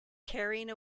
carrying